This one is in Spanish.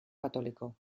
católico